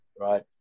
right